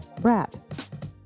brat